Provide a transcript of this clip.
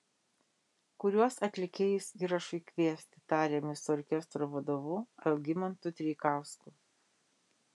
kuriuos atlikėjus įrašui kviesti tarėmės su orkestro vadovu algimantu treikausku